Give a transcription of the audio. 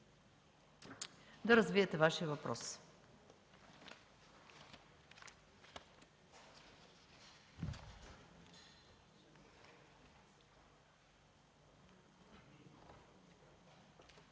да развиете Вашия въпрос.